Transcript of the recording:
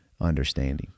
understanding